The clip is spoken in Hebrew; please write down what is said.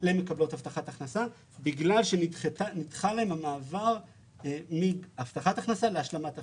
למקבלות הבטחת הכנסה בגלל שנדחה להן המעבר מהבטחת הכנסה להשלמת הכנסה.